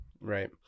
Right